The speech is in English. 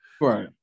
right